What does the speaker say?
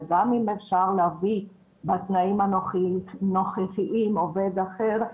וגם אם אפשר להביא בתנאים הנוכחיים עובד אחר,